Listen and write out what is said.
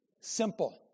simple